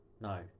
no